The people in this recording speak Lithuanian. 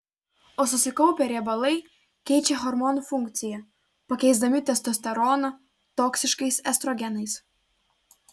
o susikaupę riebalai keičia hormonų funkciją pakeisdami testosteroną toksiškais estrogenais